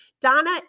Donna